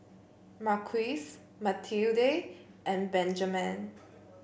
Marquise Matilde and Benjamen